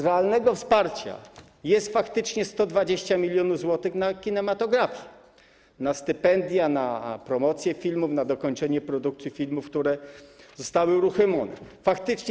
Realnego wsparcia jest faktycznie 120 mln zł: na kinematografię, na stypendia, na promocję filmów, na dokończenie produkcji filmów, które zostały uruchomione.